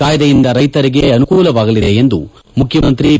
ಕಾಯ್ದೆಯಿಂದ ರೈತರಿಗೆ ಅನುಕೂಲವಾಗಲಿದೆ ಎಂದು ಮುಖ್ಯಮಂತ್ರಿ ಬಿ